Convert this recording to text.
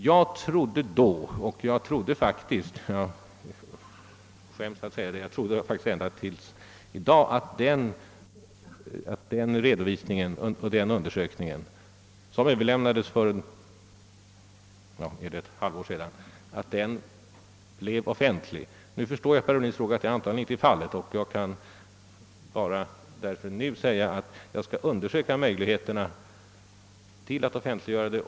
Jag trodde då och har faktiskt — jag skäms att säga det — ända till i dag trott att redovisningen av denna undersökning som överlämnades för ett år sedan blev offentlig. Nu förstår jag efter herr Ohlins fråga att detta antagligen inte är fallet, och jag kan därför bara nu säga att jag skall undersöka möjligheterna att offentliggöra den.